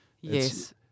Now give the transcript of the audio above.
Yes